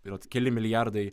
berods keli milijardai